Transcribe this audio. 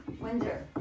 Windsor